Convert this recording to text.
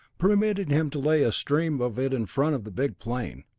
permitting him to lay a stream of it in front of the big plane.